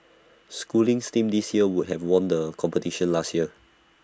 schooling's team this year would have won the competition last year